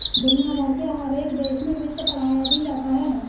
दुनिया भर के हर एक देश में वित्त पढ़ाया भी जाता है